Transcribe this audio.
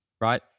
right